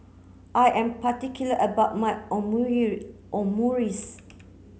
I am particular about my Omurice